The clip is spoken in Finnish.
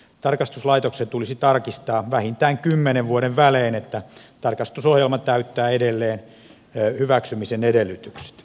tarkastuslaitoksen tulisi tarkistaa vähintään kymmenen vuoden välein että tarkastusohjelma täyttää edelleen hyväksymisen edellytykset